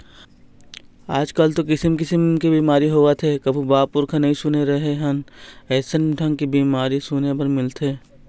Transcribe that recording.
आजकल तो किसम किसम के बेमारी होवत हे कभू बाप पुरूखा नई सुने रहें हन अइसन ढंग के बीमारी सुने बर मिलथे